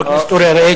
חבר הכנסת אורי אריאל,